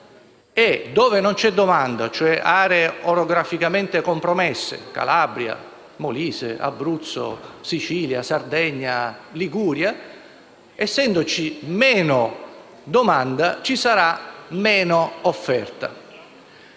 dove non c'è domanda, e cioè in aree orograficamente compromesse (Calabria, Molise, Abruzzo, Sicilia, Sardegna, Liguria), essendoci meno domanda, ci sarà meno offerta.